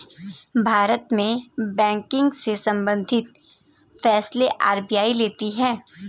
भारत में बैंकिंग से सम्बंधित फैसले आर.बी.आई लेती है